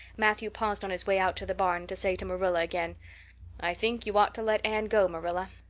matthew paused on his way out to the barn to say to marilla again i think you ought to let anne go, marilla.